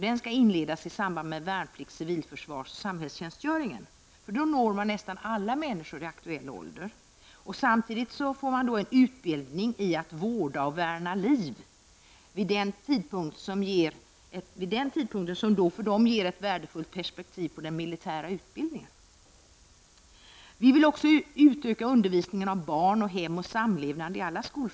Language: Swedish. Den kan inledas i samband med värnplikts-, civilförsvars och samhällstjänstgöringen. Då når man nästan alla människor i aktuell ålder samtidigt som en utbildning i att vårda och värna liv vid denna tidpunkt ger ett värdefullt perspektiv på den militära utbildningen. Vi vill också i alla skolformer utöka undervisningen om barn, hem och samlevnad.